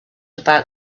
about